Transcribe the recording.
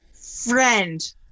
Friend